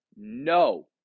no